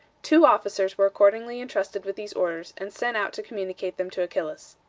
two officers were accordingly intrusted with these orders, and sent out to communicate them to achillas.